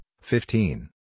fifteen